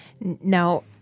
now